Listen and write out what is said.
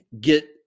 get